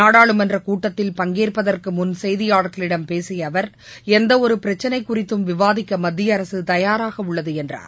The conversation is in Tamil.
நாடாளுமன்ற கூட்டத்தில் பங்கேற்பதற்கு முன் செய்தியாளர்களிடம் பேசிய அவர் எந்தவொரு பிரச்சனை குறித்தும் விவாதிக்க மத்திய அரசு தயாராக உள்ளது என்றார்